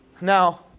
Now